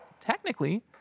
technically